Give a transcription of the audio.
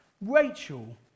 Rachel